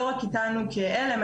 לא רק אתנו כעלם,